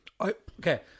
Okay